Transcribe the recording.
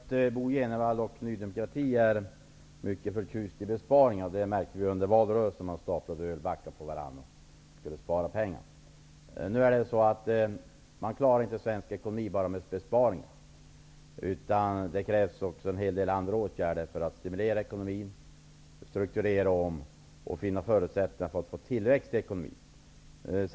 Fru talman! Jag vet att Bo G Jenevall och Ny demokrati är mycket förtjusta i besparingar. Det märkte vi under valrörelsen, då man staplade upp ölbackar på varandra osv. Men man klarar inte svensk ekonomi bara med besparingar, utan det krävs också en hel del andra åtgärder för att stimulera ekonomin, strukturera om och finna förutsättningar för att få tillräckliga ekonomiska förutsättningar.